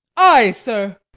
ay, sir.